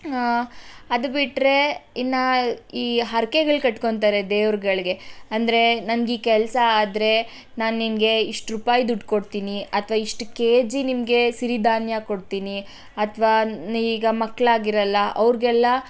ಅದು ಬಿಟ್ಟರೆ ಇನ್ನು ಈ ಹರ್ಕೆಗಳು ಕಟ್ಕೊಂತ್ತಾರೆ ದೇವರುಗಳ್ಗೆ ಅಂರೆ ನಂಗೆ ಈ ಕೆಲಸ ಆದರೆ ನಾನು ನಿನಗೆ ಇಷ್ಟು ರೂಪಾಯಿ ದುಡ್ಡು ಕೊಡ್ತೀನಿ ಅಥವಾ ಇಷ್ಟು ಕೆ ಜಿ ನಿಮಗೆ ಸಿರಿ ಧಾನ್ಯ ಕೊಡ್ತೀನಿ ಅಥವಾ ಈಗ ಮಕ್ಕಳಾಗಿರಲ್ಲ ಅವ್ರಿಗೆಲ್ಲ